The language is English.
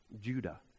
judah